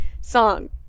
song